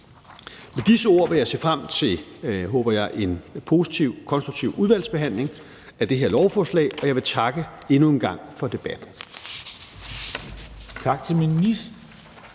Med disse ord vil jeg se frem til, håber jeg, en positiv og konstruktiv udvalgsbehandling af det her lovforslag, og jeg vil endnu en gang takke for debatten.